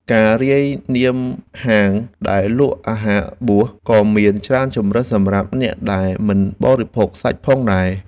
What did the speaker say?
ការរាយនាមហាងដែលលក់អាហារបួសក៏មានច្រើនជម្រើសសម្រាប់អ្នកដែលមិនបរិភោគសាច់ផងដែរ។